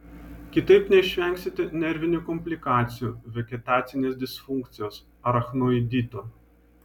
kitaip neišvengsite nervinių komplikacijų vegetacinės disfunkcijos arachnoidito